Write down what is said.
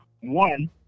One